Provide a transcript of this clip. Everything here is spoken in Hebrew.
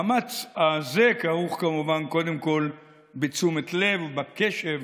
המאמץ הזה כרוך, כמובן, קודם כול, בתשומת לב ובקשב